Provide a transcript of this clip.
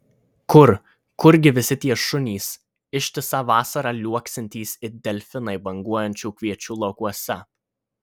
kur kurgi visi tie šunys ištisą vasarą liuoksintys it delfinai banguojančių kviečių laukuose